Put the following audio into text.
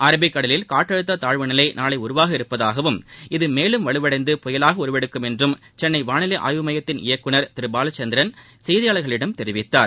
அரபிக்கடலில் காற்றழுத்த தாழ்வு நிலை நாளை உருவாக உள்ளதாகவும் இது மேலும் வலுவடைந்து புயலாக உருவெடுக்கும் என்று சென்னை வாளிலை ஆய்வு மையத்தின் இயக்குந் திரு பாலச்சந்திரன் செய்தியாளர்களிடம் தெரிவித்தார்